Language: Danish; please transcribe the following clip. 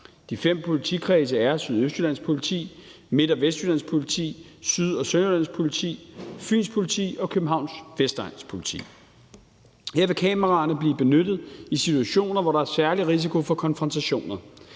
De fem politikredse er Sydøstjyllands Politi, Midt- og Vestjyllands Politi, Syd- og Sønderjyllands politi, Fyns Politi og Københavns Vestegns Politi. Her vil kameraerne blive benyttet i situationer, hvor der er særlig risiko for konfrontationer.